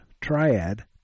Triad